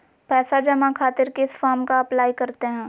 पैसा जमा खातिर किस फॉर्म का अप्लाई करते हैं?